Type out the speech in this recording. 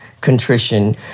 contrition